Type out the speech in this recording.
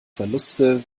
verluste